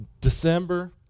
December